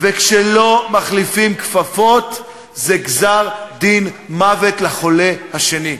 וכשלא מחליפים כפפות, זה גזר-דין מוות לחולה השני.